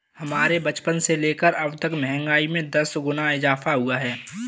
हमारे बचपन से लेकर अबतक महंगाई में दस गुना इजाफा हुआ है